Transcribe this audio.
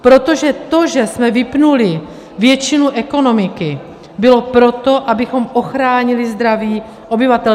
Protože to, že jsme vypnuli většinu ekonomiky, bylo proto, abychom ochránili zdraví obyvatel.